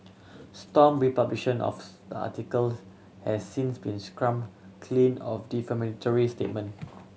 stomp republication of article has since been scrubbed clean of defamatory statement